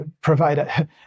provide